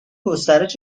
گسترش